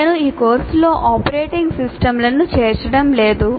నేను ఈ కోర్సులో ఆపరేటింగ్ సిస్టమ్లను చేర్చడం లేదు